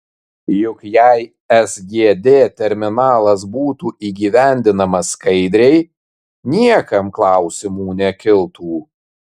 juk jei sgd terminalas būtų įgyvendinamas skaidriai niekam klausimų nekiltų